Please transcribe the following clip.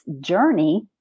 journey